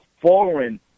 foreign